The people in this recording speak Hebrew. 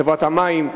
חברת המים,